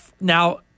now